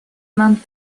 month